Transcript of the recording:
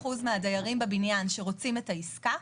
80% מהדיירים בבניין שרוצים את העסקה,